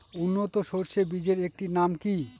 উন্নত সরষে বীজের একটি নাম কি?